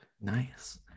Nice